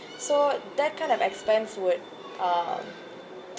so that kind of expense would uh